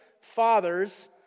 fathers